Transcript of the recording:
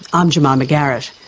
i'm jemima garrett.